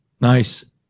nice